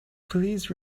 please